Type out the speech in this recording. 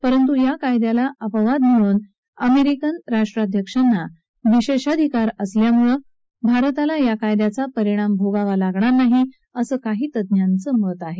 परंतू या कायद्याला अपवाद करण्यासाठी अमेरिकन राष्ट्राध्यक्षांना विशेषाधिकार दिले असल्यामुळे भारताला या कायद्याचा परिणाम भोगावा लागणार नाही असंही काही तज्ञांचं मत आहे